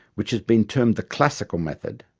which has been termed the classical method,